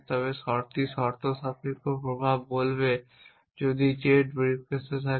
তবে একটি শর্তসাপেক্ষ প্রভাব বলবে যদি z ব্রিফকেসে থাকে